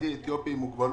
נגד, אין נמנעים,